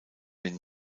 den